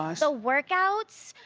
um so workouts,